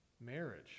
marriage